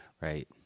Right